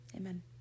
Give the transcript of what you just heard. Amen